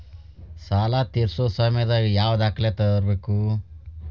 ಸಾಲಾ ತೇರ್ಸೋ ಸಮಯದಾಗ ಯಾವ ದಾಖಲೆ ತರ್ಬೇಕು?